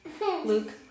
Luke